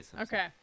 Okay